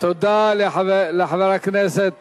תודה לחבר הכנסת